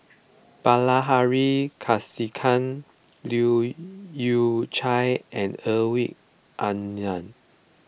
Bilahari Kausikan Leu Yew Chye and Hedwig Anuar